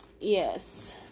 Yes